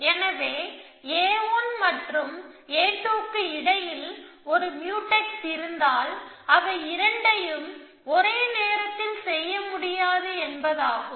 எனவே A1 மற்றும் A2 க்கு இடையில் ஒரு முயூடெக்ஸ் இருந்தால் அவை இரண்டையும் ஒரே நேரத்தில் செய்ய முடியாது என்பதாகும்